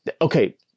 Okay